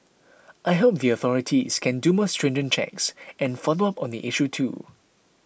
I hope the authorities can do more stringent checks and follow up on the issue too